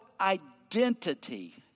identity